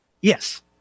yes